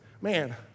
Man